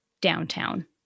downtown